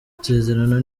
amasezerano